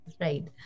right